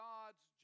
God's